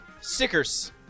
Stickers